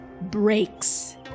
breaks